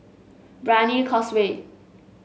Brani Causeway